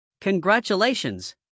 Congratulations